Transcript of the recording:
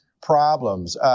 problems